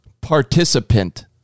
participant